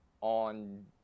on